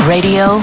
Radio